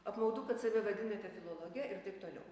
apmaudu kad save vadinate filologe ir taip toliau